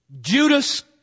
Judas